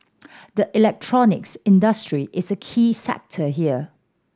the electronics industry is a key sector here